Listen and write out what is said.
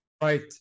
Right